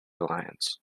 alliance